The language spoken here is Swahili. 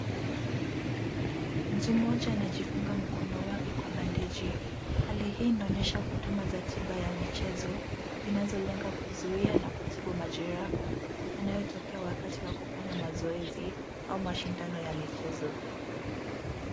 Mtu mmoja anajifunga mkono wake kwa bandeji, hali hii inaonyesha huduma za tiba ya michezo, zinazolenga kuzuiya na kutibu majeraha, yanayotokea wakati wa kufanya mazoezi au mashindano ya michezo.